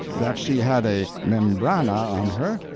that she had a membrana on her,